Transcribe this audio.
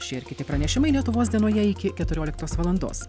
šie ir kiti pranešimai lietuvos dienoje iki keturioliktos valandos